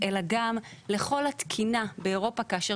כפי ששמעת,